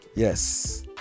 yes